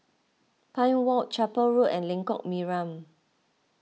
Pine Walk Chapel Road and Lengkok Mariam